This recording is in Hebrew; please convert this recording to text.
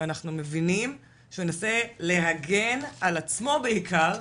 ואנחנו מבינים שהוא ינסה להגן על עצמו בעיקר,